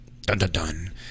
Dun-dun-dun